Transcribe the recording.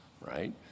right